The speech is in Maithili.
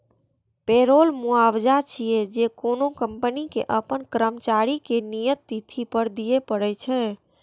पेरोल मुआवजा छियै, जे कोनो कंपनी कें अपन कर्मचारी कें नियत तिथि पर दियै पड़ै छै